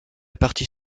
partie